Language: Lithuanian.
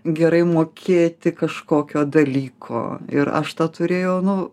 gerai mokėti kažkokio dalyko ir aš tą turėjau nu